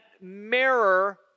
mirror